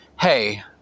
hey